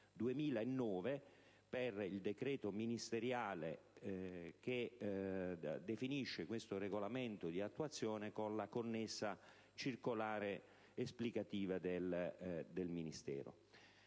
2009) per il decreto ministeriale che ha poi definito il regolamento di attuazione con la connessa circolare esplicativa del Ministero.